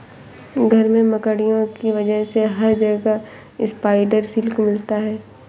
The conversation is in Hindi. घर में मकड़ियों की वजह से हर जगह स्पाइडर सिल्क मिलता है